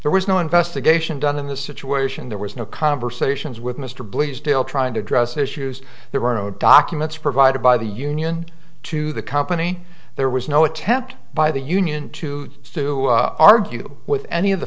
there was no investigation done in the situation there was no conversations with mr bleasdale trying to address issues there were no documents provided by the union to the company there was no attempt by the union to to argue with any of the